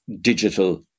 digital